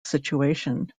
situation